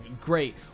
great